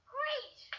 Great